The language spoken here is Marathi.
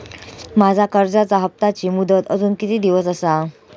माझ्या कर्जाचा हप्ताची मुदत अजून किती दिवस असा?